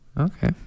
Okay